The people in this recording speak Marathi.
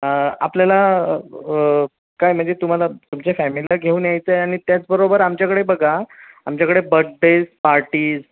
आपल्याला काय म्हणजे तुम्हाला तुमच्या फॅमिलीला घेऊन यायचं आहे आणि त्याचबरोबर आमच्याकडे बघा आमच्याकडे बड्डेज पार्टीज